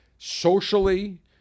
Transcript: socially